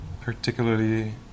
particularly